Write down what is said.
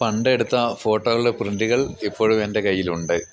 പണ്ടെടുത്ത ഫോട്ടോകൾടെ പ്രിൻറ്റുകൾ ഇപ്പോഴും എൻ്റെ കയ്യിലുണ്ട്